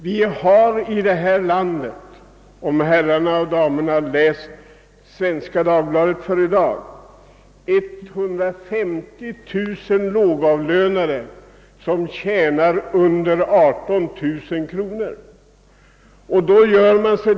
Vi har i detta land, enligt uppgift i dagens nummer av Svenska Dagbladet, 150 000 lågavlönade som tjänar under 18000 kronor per år.